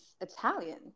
Italian